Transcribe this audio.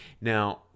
Now